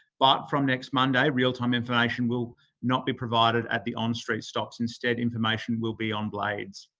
but from next monday, real time information will not be provided at the on-street stops. instead, information will be on blades.